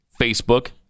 Facebook